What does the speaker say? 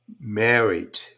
married